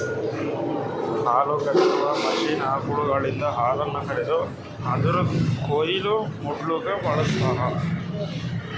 ಹಾಲುಕರೆಯುವ ಮಷೀನ್ ಆಕಳುಗಳಿಂದ ಹಾಲನ್ನು ಕರೆದು ಅದುರದ್ ಕೊಯ್ಲು ಮಡ್ಲುಕ ಬಳ್ಸತಾರ್